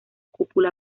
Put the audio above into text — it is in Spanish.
cúpula